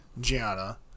Gianna